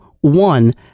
one